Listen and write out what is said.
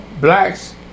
blacks